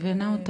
אני מבינה אותך.